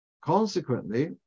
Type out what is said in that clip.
consequently